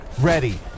Ready